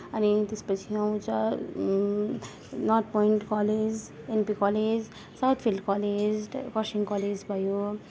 अनि त्यसपछि आउँछ North Point College NP College South Field College Kurseong College भयो